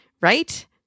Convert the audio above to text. right